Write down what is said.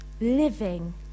living